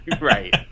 right